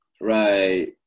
Right